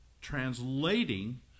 translating